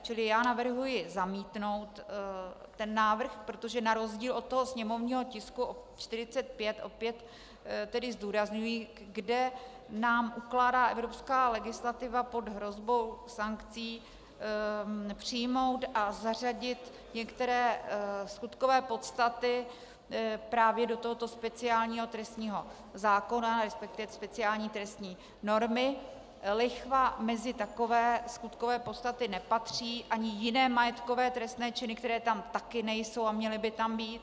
Takže já navrhuji ten návrh zamítnout, protože na rozdíl od sněmovního tisku 45 opět tedy zdůrazňuji , kde nám ukládá evropská legislativa pod hrozbou sankcí přijmout a zařadit některé skutkové podstaty právě do tohoto speciálního trestního zákona, resp. speciální trestní normy, lichva mezi takové skutkové podstaty nepatří a ani jiné majetkové trestné činy, které tam taky nejsou a měly by tam být.